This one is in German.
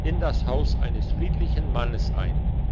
in das haus eines friedlichen mannes ein